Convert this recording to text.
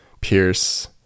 Pierce